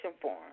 form